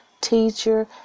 teacher